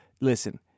listen